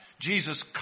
Jesus